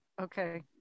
Okay